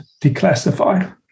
Declassify